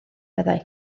meddai